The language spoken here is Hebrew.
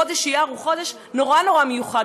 חודש אייר הוא חודש נורא נורא מיוחד.